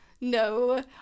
no